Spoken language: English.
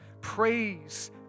Praise